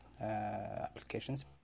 applications